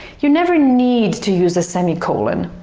you never need to use a semicolon,